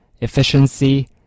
efficiency